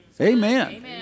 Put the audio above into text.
Amen